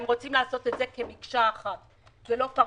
שהם רוצים לעשות את זה כמקשה אחת ולא פרטנית.